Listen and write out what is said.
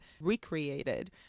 recreated